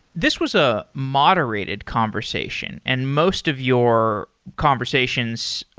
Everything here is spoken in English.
this was a moderated conversation, and most of your conversations,